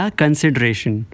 consideration